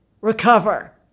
recover